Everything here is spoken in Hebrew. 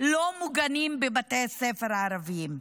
לא מוגנים בבתי הספר הערביים.